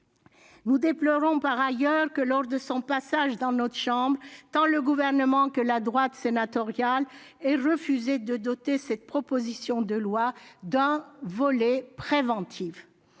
Nous déplorons par ailleurs que, lors de son passage dans notre chambre, tant le Gouvernement que la droite sénatoriale aient refusé de doter cette proposition de loi d'un volet préventif.